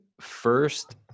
first